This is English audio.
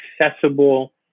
accessible